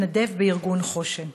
מתנדב בארגון חוש"ן: